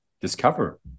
discover